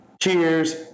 cheers